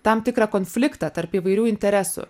tam tikrą konfliktą tarp įvairių interesų